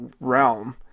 realm